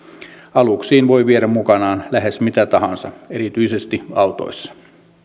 aluksiin voi viedä mukanaan lähes mitä tahansa erityisesti autoissa